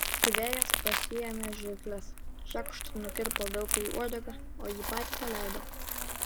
siuvėjas pasiėmė žirkles čekšt nukirpo vilkui uodegą o jį patį paleido